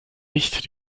nicht